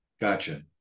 Gotcha